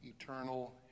eternal